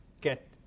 get